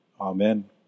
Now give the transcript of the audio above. Amen